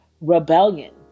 rebellion